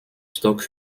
stock